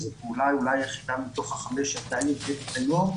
שזו אולי הפעולה היחידה מתוך החמש שעדיין נבדקת היום,